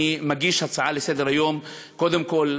אני מגיש הצעה לסדר-היום: קודם כול,